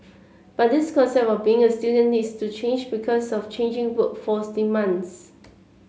but this concept of being a student needs to change because of changing workforce demands